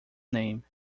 name